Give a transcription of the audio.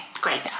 great